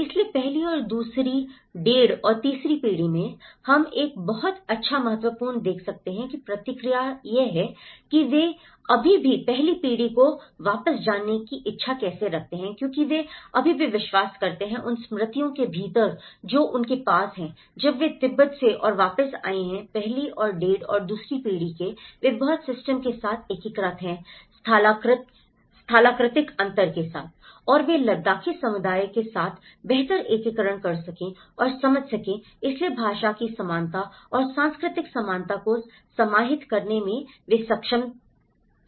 इसलिए पहली और दूसरी 15 और तीसरी पीढ़ी में हम एक बहुत अच्छा महत्वपूर्ण देख सकते हैं प्रतिक्रिया है कि वे अभी भी पहली पीढ़ी को वापस जाने की इच्छा कैसे रखते हैं क्योंकि वे अभी भी विश्वास करते हैं उन स्मृतियों के भीतर जो उनके पास है जब वे तिब्बत से और वापस आए हैं पहली और 15 और दूसरी पीढ़ी के वे बहुत सिस्टम के साथ एकीकृत हैं स्थलाकृतिक अंतर के साथ और वे लद्दाखी समुदाय के साथ बेहतर एकीकरण कर सके और समझ सकें इसलिए भाषा की समानता और सांस्कृतिक समानता को समाहित करने में वे सक्षम थे बेहतर